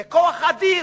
זה כוח אדיר